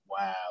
Wow